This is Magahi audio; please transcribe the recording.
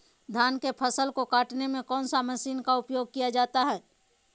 धान के फसल को कटने में कौन माशिन का उपयोग किया जाता है?